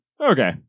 Okay